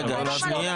מעבר